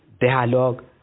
dialogue